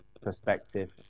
perspective